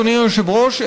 אדוני היושב-ראש,